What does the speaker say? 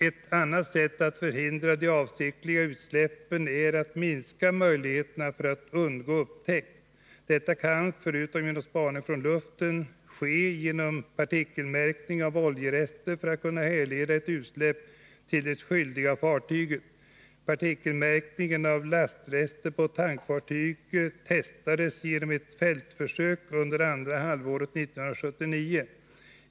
Ett annat sätt att förhindra de avsiktliga utsläppen är att minska möjligheterna för att undgå upptäckt. Detta kan — förutom genom spaning från luften — ske genom partikelmärkning av oljerester för att kunna härleda ett utsläpp till det skyldiga fartyget. Partikelmärkning av lastrester på tankfartyg testades genom ett fältförsök under andra halvåret 1979.